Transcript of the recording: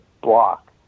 block